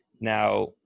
Now